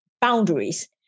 boundaries